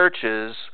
churches